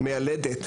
מיילדת,